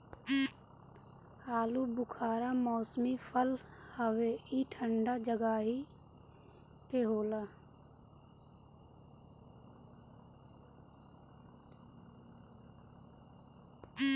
आलूबुखारा मौसमी फल हवे ई ठंडा जगही पे होला